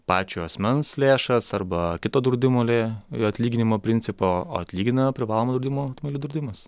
pačio asmens lėšas arba kito draudimo lė atlyginimo principą o atlygina privalomo draudimo draudimas